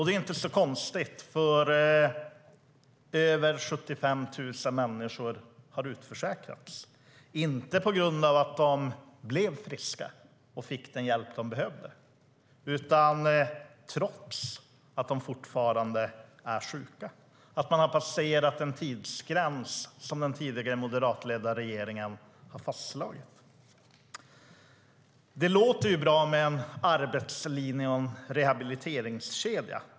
Det är inte så konstigt, eftersom över 75 000 människor har utförsäkrats - inte på grund av att de blev friska och fick den hjälp de behövde, utan trots att de fortfarande är sjuka. De har passerat en tidsgräns som den tidigare moderatledda regeringen fastslagit. Det låter bra med en arbetslinje och en rehabiliteringskedja.